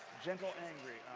gentle, angry.